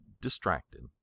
distracted